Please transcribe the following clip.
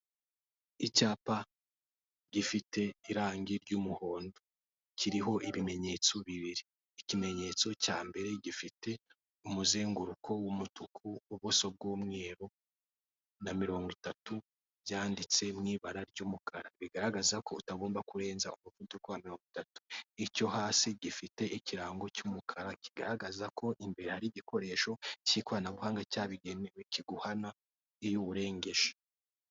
Icyapa gifite irangi ry'umuhondo kiriho ibimenyetso bibiri, ikimenyetso cya mbere gifite umuzenguruko w'umutuku ubuso bw'umweru na mirongo itatu byanditse mu ibara ry'umukara. Bigaragaza ko utagomba kurenza umuvuduko wa mirongo itatu icyo hasi gifite ikirango cy'umukara kigaragaza ko imbere ari igikoresho cy'ikoranabuhanga cyabigenewe kiguhana iy'uwurengeje.